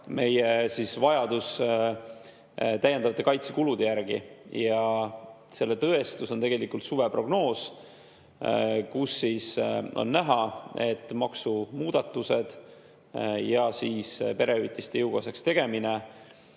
meie vajadus täiendavate kaitsekulude järele. Selle tõestus on tegelikult suveprognoos, kus on näha, et maksumuudatused ja perehüvitiste jõukohaseks tegemine